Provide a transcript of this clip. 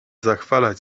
zachwalać